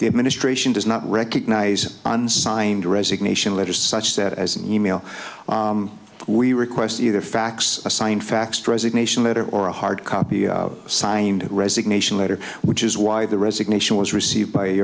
the administration does not recognize an unsigned resignation letter such that as an e mail we request either fax a signed faxed resignation letter or a hard copy signing the resignation letter which is why the resignation was received by